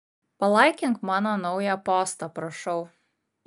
palaikink mano naują postą prašau